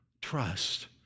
trust